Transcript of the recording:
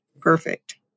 perfect